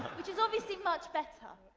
which is obviously much better.